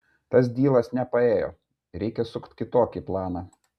tas dylas nepaėjo reikia sukt kitokį planą